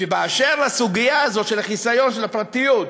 באשר לסוגיה הזאת של חיסיון של הפרטיות,